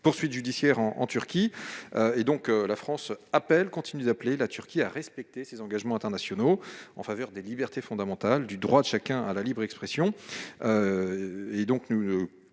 poursuites judiciaires en Turquie. La France continue d'appeler la Turquie à respecter ses engagements internationaux en faveur des libertés fondamentales et du droit de chacun à la libre expression. Elle le